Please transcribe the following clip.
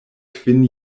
kvin